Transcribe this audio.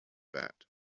bat